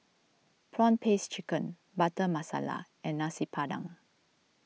Prawn Paste Chicken Butter Masala and Nasi Padang